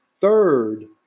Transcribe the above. third